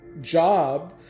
job